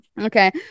Okay